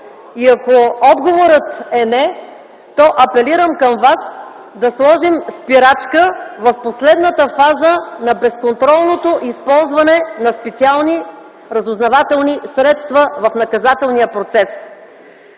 И ако отговорът е не, то апелирам към вас да сложим спирачка в последната фаза на безконтролното използване на специални разузнавателни средства в наказателния процес.